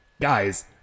Guys